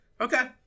Okay